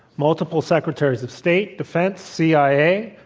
multiple secretaries of state, defense, cia.